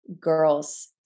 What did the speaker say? girls